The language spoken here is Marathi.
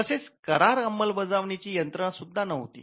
तसेच करार अंमलबजावणीची यंत्रणा सुद्धा नव्हती